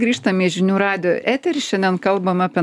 grįžtame į žinių radijo eterį šiandien kalbam apie